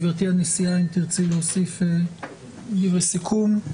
גברתי הנשיאה, אם תרצי להוסיף מילים לסיכום?